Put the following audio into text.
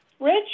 Rich